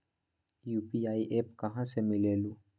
UPI app कहा से मिलेलु?